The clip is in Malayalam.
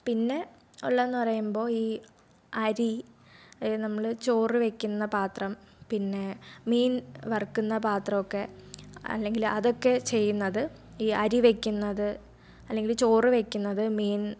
പിന്നെ ഉള്ളത് എന്ന് പറയുമ്പോൾ ഈ അരി നമ്മൾ ചോറ് വെക്കുന്ന പാത്രം പിന്നെ മീൻ വറക്കുന്ന പാത്രം ഒക്കെ അല്ലെങ്കിൽ അതൊക്കെ ചെയ്യുന്നത് ഈ അരി വെക്കുന്നത് അല്ലെങ്കിൽ ചോറ് വെക്കുന്നത് മീൻ